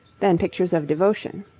than pictures of devotion.